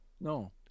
No